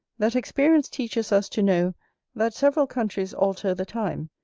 that experience teaches us to know that several countries alter the time,